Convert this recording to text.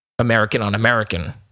American-on-American